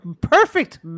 perfect